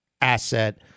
asset